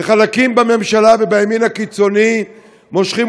וחלקים בממשלה ובימין הקיצוני מושכים